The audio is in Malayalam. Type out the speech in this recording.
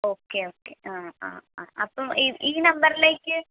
ഓക്കേ ഓക്കേ ആ ആ ആ അപ്പം ഈ ഈ നമ്പറിലേയ്ക്ക്